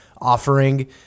offering